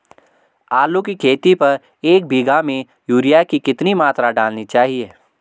आलू की खेती पर एक बीघा में यूरिया की कितनी मात्रा डालनी चाहिए?